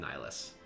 Nihilus